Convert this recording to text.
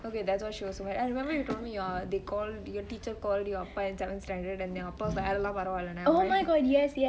okay that's why she was so mad I remember you told me your they call your teacher called your அப்பா:appa in seven standard and then your அப்பா:appa is like அதெல்லா பரவால்ல:athella paravele